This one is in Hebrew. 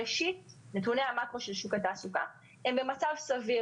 ראשית, נתוני המקרו של שוק התעסוקה הם במצב סביר.